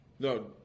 No